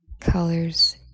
colors